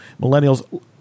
millennials